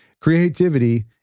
Creativity